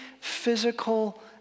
physical